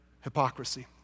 hypocrisy